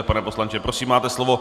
Pane poslanče, prosím, máte slovo.